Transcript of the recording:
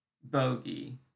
Bogey